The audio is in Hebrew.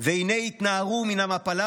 והינה התנערו מן המפלה